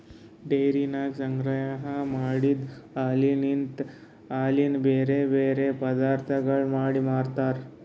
ಡೈರಿದಾಗ ಸಂಗ್ರಹ ಮಾಡಿದ್ ಹಾಲಲಿಂತ್ ಹಾಲಿನ ಬ್ಯಾರೆ ಬ್ಯಾರೆ ಪದಾರ್ಥಗೊಳ್ ಮಾಡಿ ಮಾರ್ತಾರ್